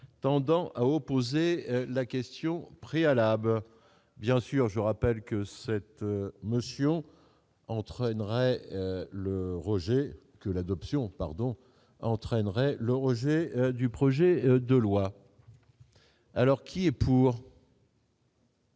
tendant à opposer la question préalable, bien sûr, je rappelle que cette motion entraînerait le rejet que l'adoption pardon entraînerait le rejet du projet de loi. Alors qui est pour.